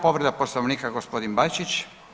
Povreda Poslovnika gospodin Bačić.